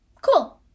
Cool